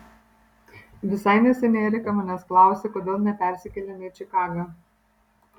visai neseniai erika manęs klausė kodėl nepersikeliame į čikagą